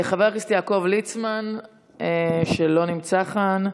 חבר הכנסת ליצמן, לא נמצא כאן,